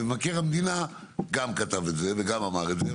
מבקר המדינה גם כתב את זה וגם אמר את זה,